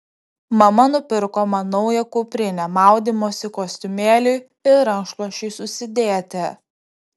mama nupirko man naują kuprinę maudymosi kostiumėliui ir rankšluosčiui susidėti